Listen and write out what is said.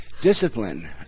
discipline